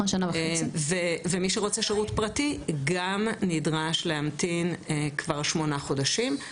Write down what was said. ומי שרוצה שירות פרטי גם נדרש להמתין כבר שמונה חודשים.